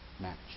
match